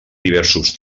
diversos